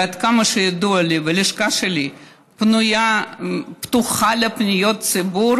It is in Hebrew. ועד כמה שידוע לי הלשכה שלי פתוחה לפניות הציבור